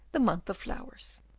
the month of flowers.